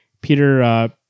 Peter